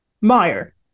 Meyer